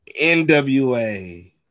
NWA